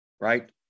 right